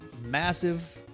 massive